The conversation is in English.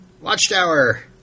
Watchtower